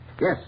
Yes